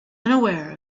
unaware